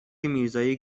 میرزایی